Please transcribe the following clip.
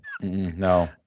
No